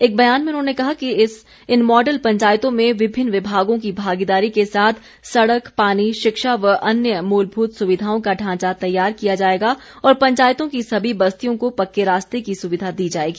एक ब्यान में उन्होंने कहा कि इन मॉडल पंचायतों में विभिन्न विभागों की भागीदारी के साथ सड़क पानी शिक्षा व अन्य मूलभूत सुविधाओं का ढांचा तैयार किया जाएगा और पंचायतों की सभी बस्तियों को पक्के रास्ते की सुविधा दी जाएगी